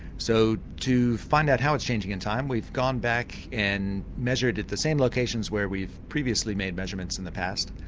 so to find out how it's changing in time we've gone back and measured at the same locations where we've previously made measurements in the past,